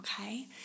Okay